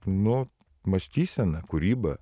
nu mąstyseną kūrybą